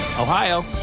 Ohio